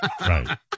Right